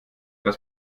das